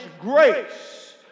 grace